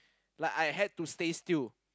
like I had to stay still